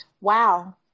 Wow